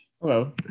Hello